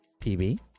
PB